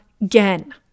again